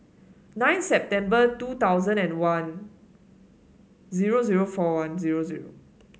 nine September two thousand and one zero zero four one zero zero